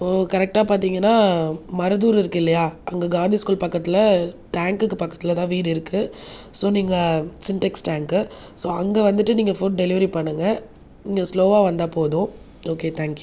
இப்போது கரெக்டாக பார்த்தீங்கனா மருதூர் இருக்கில்லையா அங்கே காந்தி ஸ்கூல் பக்கத்தில் டேங்குக்கு பக்கத்தில்தான் வீடு இருக்குது ஸோ நீங்கள் சிங்டக்ஸ் டேங்கு ஸோ அங்கே வந்துட்டு நீங்கள் ஃபுட் டெலிவரி பண்ணுங்கள் நீங்கள் ஸ்லோவாக வந்தால் போதும் ஓகே தேங்க் யூ